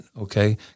okay